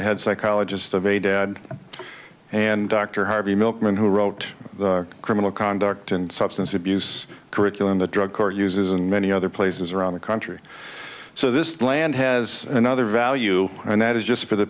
the head psychologist of a dad and dr harvey milk man who wrote the criminal conduct and substance abuse curriculum the drug court uses in many other places around the country so this land has another value and that is just for the